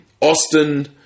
Austin